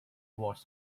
was